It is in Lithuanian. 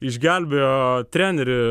išgelbėjo trenerį